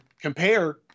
compare